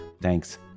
thanks